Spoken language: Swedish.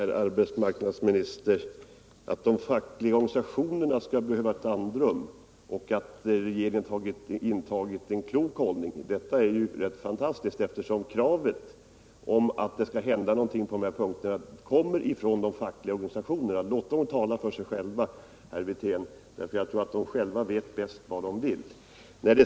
Herr talman! Att påstå att de fackliga organisationerna skall behöva ett andrum och att regeringen har intagit en klok hållning är ju rent fantastiskt, herr arbetsmarknadsminister, eftersom kravet på att någonting skall hända på de här punkterna kommer från de fackliga organisationerna. Låt dem tala för sig själva, herr Wirtén! Jag tror att de själva vet bäst vad de vill.